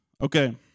Okay